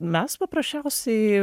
mes paprasčiausiai